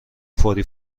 فوری